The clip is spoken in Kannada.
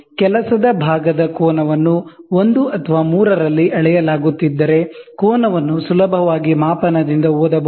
ಕೆಲಸದ ಭಾಗದ ಕೋನವನ್ನು 1 ಅಥವಾ 3 ರಲ್ಲಿ ಅಳೆಯಲಾಗುತ್ತಿದ್ದರೆ ಕೋನವನ್ನು ಸುಲಭವಾಗಿ ಮಾಪನದಿಂದ ಓದಬಹುದು